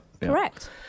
Correct